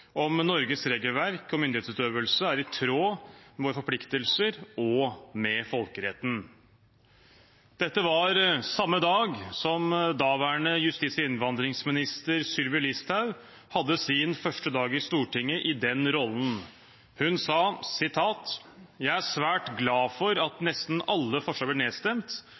om Norges regelverk og myndighetsutøvelse er i tråd med våre forpliktelser og med folkeretten. Dette var samme dag som daværende justis- og innvandringsminister Sylvi Listhaug hadde sin første dag i Stortinget i den rollen. Hun sa: «Jeg er svært glad for at nesten alle forslagene blir nedstemt,